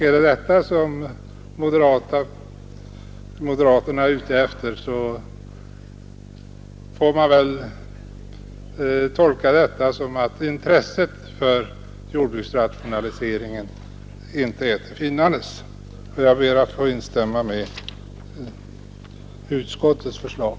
Är det detta som moderaterna är ute efter? I så fall kan man misstänka att intresset för jordbruksrationaliseringen inte är till finnandes på den kanten. Jag ber att få yrka bifall till utskottets förslag.